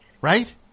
Right